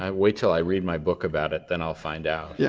um wait til i read my book about it, then i'll find out. yeah